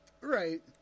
Right